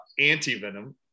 antivenom